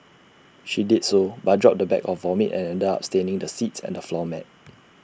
she did so but dropped the bag of vomit and ended up staining the seats and the floor mat